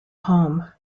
home